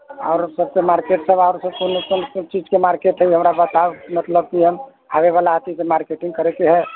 आओर सभसँ मार्केटसभ आओर लोकल ओकल चीजके मार्केट हइ हमरा बताउ मतलब कि हम आबैवला हती तऽ मार्केटिंग करैके हइ